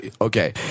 okay